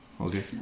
okay